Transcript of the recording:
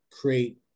create